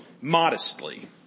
modestly